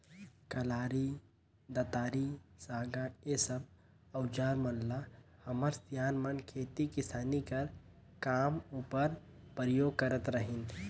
कलारी, दँतारी, साँगा ए सब अउजार मन ल हमर सियान मन खेती किसानी कर काम उपर परियोग करत रहिन